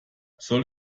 soll